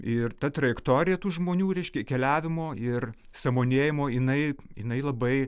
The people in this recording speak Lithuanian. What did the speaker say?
ir ta trajektorija tų žmonių reiškia keliavimo ir sąmonėjimo jinai jinai labai